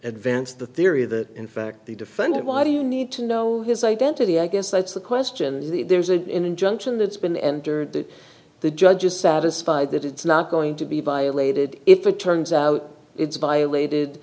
advanced the theory that in fact the defendant why do you need to know his identity i guess that's the question there's an injunction that's been entered that the judge is satisfied that it's not going to be violated if it turns out it's violated